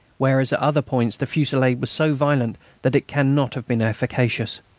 whereas at other points the fusillade was so violent that it cannot have been efficacious.